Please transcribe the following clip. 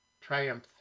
triumph